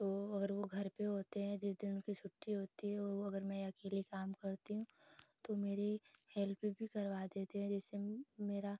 तो अगर वह घर पर होते हैं जिस दिन उनकी छुट्टी होती है वह वह अगर मैं अकेली काम करती हूँ तो मेरी हेल्प भी करवा देते हैं जैसे मेरा